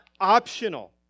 optional